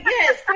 Yes